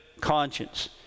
conscience